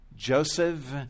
joseph